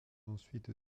ensuite